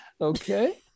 Okay